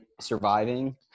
surviving